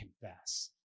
confess